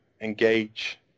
engage